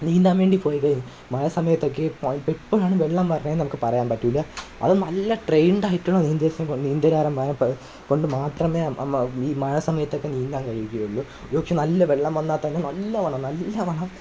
നീന്താൻ വേണ്ടി പോയിക്കഴിഞ്ഞ് മഴസമയത്തൊക്കെ പോയിട്ട് എപ്പോൾ വേണെ വെള്ളം വരുന്നതെന്ന് നമുക്ക് പറയാൻ പറ്റില്ല അത് നല്ല ട്രെയ്ൻഡ് ആയിട്ടുള്ള നീന്തേസ്നെക്കൊ നീന്തൽകാരന്മാരെ കൊണ്ട് മാത്രമേ മഴ സമയത്തൊക്കെ നീന്താൻ കഴിയുകയുള്ളു ഒരു പക്ഷെ നല്ല വെള്ളം വന്നാൽ തന്നെ നല്ലവണ്ണം നല്ലവണ്ണം